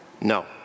No